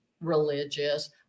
religious